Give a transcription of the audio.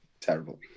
terrible